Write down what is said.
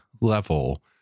level